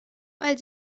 weil